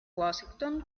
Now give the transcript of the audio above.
washington